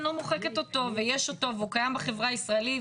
אני לא מוחקת אותו ויש אותו והוא קיים בחברה הישראלית,